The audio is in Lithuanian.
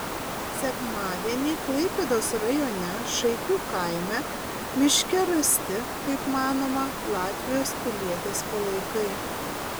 sekmadienį klaipėdos rajone šaipių kaime miške rasti kaip manoma latvijos pilietės palaikai